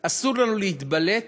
אסור לנו להתבלט